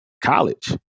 college